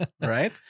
right